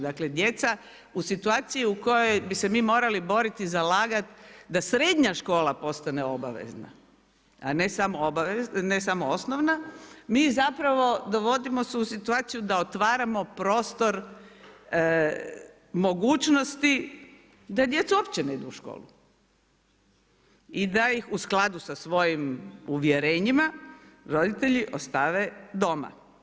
Dakle, djeca u situaciji u kojoj bi se mi morali boriti, zalagati, da srednja škola postane obavezna, a ne samo osnovna, mi zapravo dovodimo se u situaciju, da otvaramo prostor, mogućnosti, da djeca uopće ne idu u školu i da ih u skladu sa svojim uvjerenjima roditelji ostave doma.